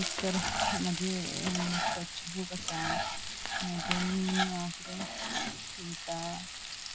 एक तर म्हजे स्केच बूक आसा म्हजे नीव नीव हांवे शिवता